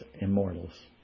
immortals